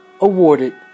awarded